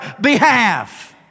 behalf